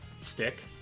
stick